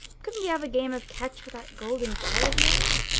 couldn't we have a game of catch with that golden ball of yours